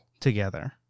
together